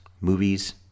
movies